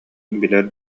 билэр